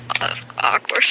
awkward